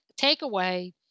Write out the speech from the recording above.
takeaway